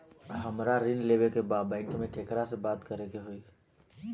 हमरा ऋण लेवे के बा बैंक में केकरा से बात करे के होई?